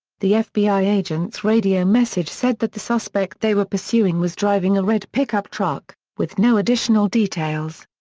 the fbi agents' radio message said that the suspect they were pursuing was driving a red pickup truck, with no additional details.